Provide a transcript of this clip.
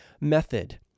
method